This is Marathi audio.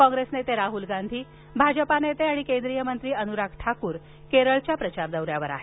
कॉंग्रेस नेते राहुल गांधी भाजपा नेते आणि केंद्रीय मंत्री अनुराग ठाकूर केरळच्या प्रचार दौऱ्यावर आहेत